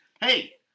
Hey